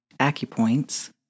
acupoints